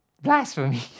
blasphemy